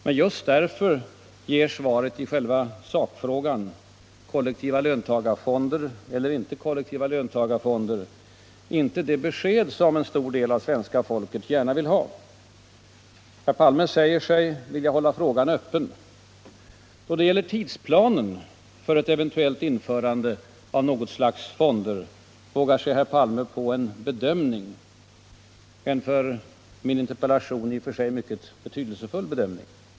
Men just därför ger svaret i själva sakfrågan — kollektiva löntagarfonder eller icke kollektiva löntagarfonder — inte det besked som en stor del av det svenska folket gärna vill ha. Herr Palme säger sig vilja hålla frågan öppen. Då det gäller tidsplanen för ett eventuellt införande av något slags fonder vågar sig herr Palme på en ”bedömning” —- en för min interpellation i och för sig mycket betydelsefull bedömning.